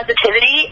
positivity